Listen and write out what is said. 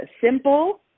simple